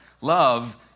Love